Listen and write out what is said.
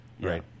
Right